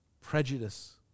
prejudice